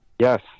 yes